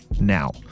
now